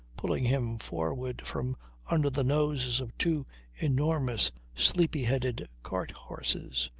pulling him forward from under the noses of two enormous sleepy-headed cart-horses.